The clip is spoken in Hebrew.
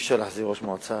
אי-אפשר להחזיר ראש מועצה